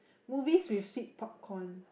movies with sweet pop corn